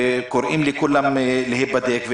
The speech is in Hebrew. וקוראים לכולם להיבדק.